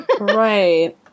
Right